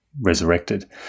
resurrected